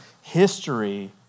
history